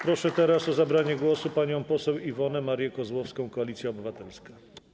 Proszę teraz o zabranie głosu panią poseł Iwonę Marię Kozłowską, Koalicja Obywatelska.